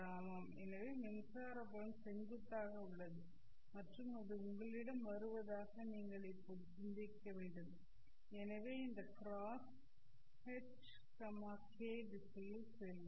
ஆமாம் எனவே மின்சார புலம் செங்குத்தாக உள்ளது மற்றும் அது உங்களிடம் வருவதாக நீங்கள் இப்போது சிந்திக்க வேண்டும் எனவே இந்த க்ராஸ் H' k திசையில் செல்லும்